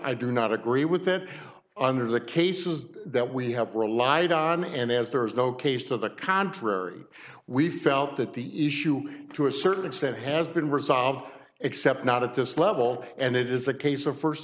i do not agree with that under the cases that we have relied on and as there is no case to the contrary we felt that the issue to a certain extent has been resolved except not at this level and it is a case of first